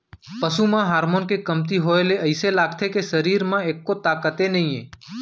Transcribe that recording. पसू म हारमोन के कमती होए ले अइसे लागथे के सरीर म एक्को ताकते नइये